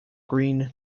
green